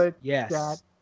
Yes